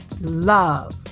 love